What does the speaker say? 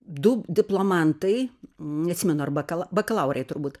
du diplomantai neatsimenu ar bakal bakalaurai turbūt